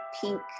pink